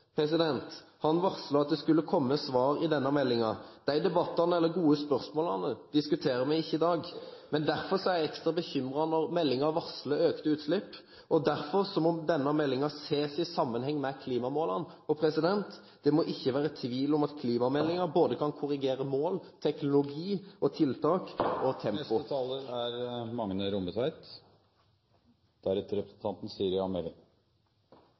Han varslet at det skulle komme svar i denne meldingen. De gode spørsmålene diskuterer vi ikke i dag. Derfor er jeg ekstra bekymret når meldingen varsler økte utslipp, og derfor må denne meldingen ses i sammenheng med klimamålene. Det må ikke være tvil om at klimameldingen kan korrigere både mål, teknologi, tiltak og tempo. For 40 år sidan var Noreg eit lite land i utkanten av Europa, og